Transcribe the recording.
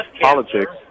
politics